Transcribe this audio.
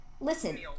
Listen